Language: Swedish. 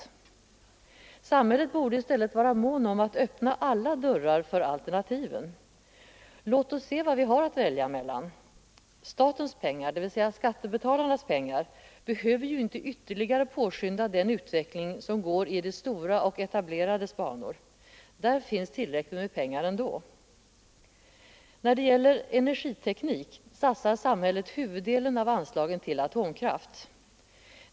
Men samhället borde i stället vara mån om att öppna alla dörrar för alternativen. Låt oss se vad vi har att välja mellan! Statens pengar, dvs. skattebetalarnas pengar, behöver ju inte ytterligare påskynda den utveckling som går i de stora och etablerade banorna. Där finns tillräckligt med pengar ändå. När det gäller energiteknik satsar samhället huvuddelen av anslagen på atomkraft.